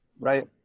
right.